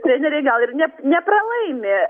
treneriai gal ir ne nepralaimi